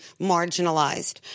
marginalized